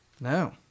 No